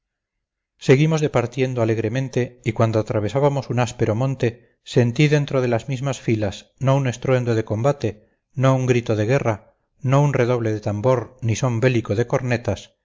seguimos departiendo alegremente y cuando atravesábamos un áspero monte sentí dentro de las mismas filas no un estruendo de combate no un grito de guerra no un redoble de tambor ni son bélico de cornetas